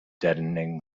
deadening